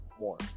more